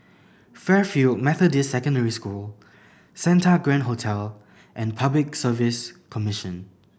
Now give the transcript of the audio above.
Fairfield Methodist Secondary School Santa Grand Hotel and Public Service Commission